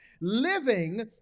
Living